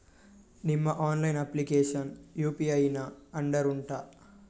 ನಿಮ್ಮ online application UPI ನ under ಉಂಟಾ